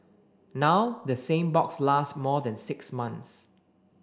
now the same box lasts more than six months